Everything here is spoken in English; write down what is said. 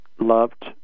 loved